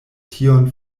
tion